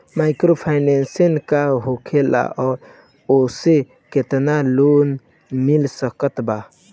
Microfinance का होखेला और ओसे केतना लोन मिल सकत बा?